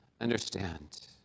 understand